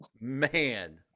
man